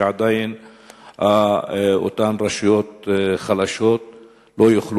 שעדיין אותן רשויות חלשות לא יוכלו